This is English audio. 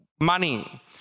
money